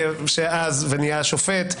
שנהיה שופט,